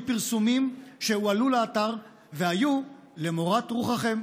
פרסומים שהועלו לאתר והיו למורת רוחכם,